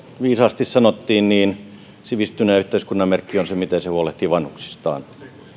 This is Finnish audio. viisaasti sanottiin sivistyneen yhteiskunnan merkki on se miten se huolehtii vanhuksistaan